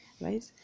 right